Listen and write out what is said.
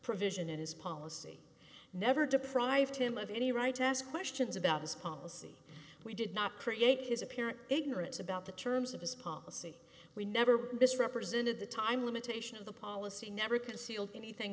provision in his policy never deprive him of any right to ask questions about his policy we did not create his apparent ignorance about the terms of his policy we never this represented the time limitation of the policy never concealed anything